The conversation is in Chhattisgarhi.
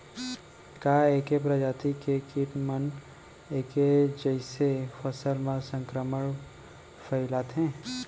का ऐके प्रजाति के किट मन ऐके जइसे फसल म संक्रमण फइलाथें?